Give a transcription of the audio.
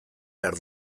behar